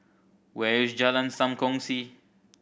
where is Jalan Sam Kongsi